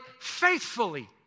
faithfully